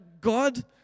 God